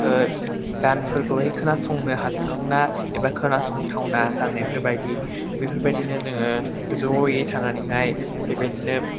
गानफोरखौहाय खोनासंनो हाथावना एबा खोनासंथावना जानायफोर बायदि बेफोरबायदिनो जोङो ज'यै थानानैहाय बेबायदिनो